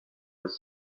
was